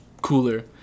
cooler